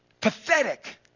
Pathetic